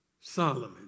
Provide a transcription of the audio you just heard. Solomon